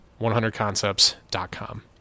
100concepts.com